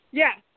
yes